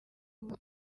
ubu